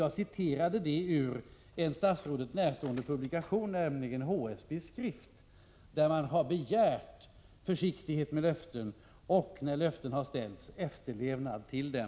Jag har hämtat det ur en statsrådet närstående publikation, nämligen HSB:s tidskrift, där man har begärt försiktighet med löften och, när löften har ställts ut, efterlevnad av dem.